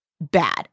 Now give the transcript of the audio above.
bad